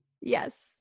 Yes